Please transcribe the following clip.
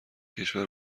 کشور